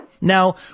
Now